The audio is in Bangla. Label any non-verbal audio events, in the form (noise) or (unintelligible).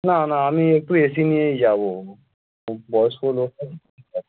না না আমি একটু এসি নিয়েই যাবো বয়স্ক লোক থাকবে (unintelligible)